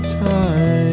time